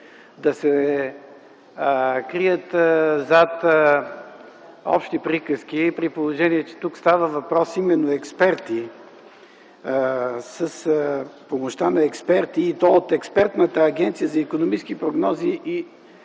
Да се крият зад общи приказки, при положение, че тук става въпрос именно с помощта на експерти и то от експертната Агенция за икономически прогнози и